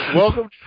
welcome